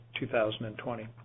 2020